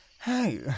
Hey